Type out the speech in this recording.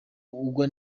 ugwa